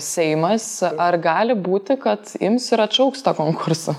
seimas ar gali būti kad ims ir atšauks tą konkursą